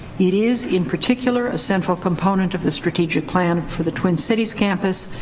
it is, in particular, a central component of the strategic plan for the twin cities campus,